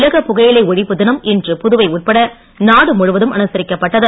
உலக புகையிலை ஒழிப்பு தினம் இன்று புதுவை உட்பட நாடு முழுவதும் அனுசரிக்கப்பட்டது